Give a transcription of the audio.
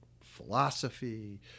philosophy